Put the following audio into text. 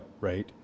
Right